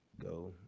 go